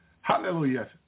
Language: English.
Hallelujah